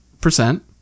percent